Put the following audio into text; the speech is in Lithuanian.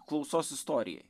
klausos istorijai